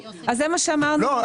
לא, הבנו,